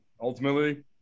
Ultimately